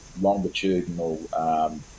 longitudinal